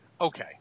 Okay